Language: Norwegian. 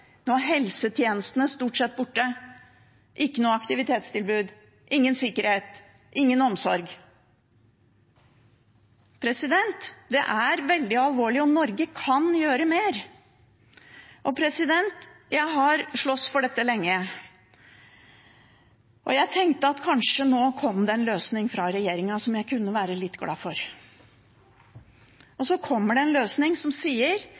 stort sett er borte, ikke noe aktivitetstilbud, ingen sikkerhet og ingen omsorg. Det er veldig alvorlig, og Norge kan gjøre mer. Jeg har slåss for dette lenge. Og jeg tenkte at kanskje kom det nå en løsning fra regjeringen som jeg kunne være litt glad for. Men så kommer det en løsning som sier: